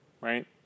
right